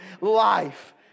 life